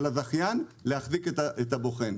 של הזכיין להחזיק את הבוחן.